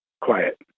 Quiet